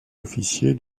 officier